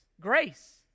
Grace